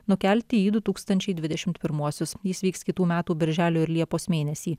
nukelti į du tūkstančiai dvidešimt pirmuosius jis vyks kitų metų birželio ir liepos mėnesį